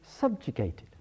subjugated